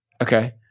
okay